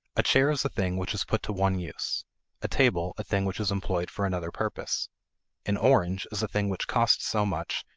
a chair is a thing which is put to one use a table, a thing which is employed for another purpose an orange is a thing which costs so much,